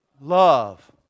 love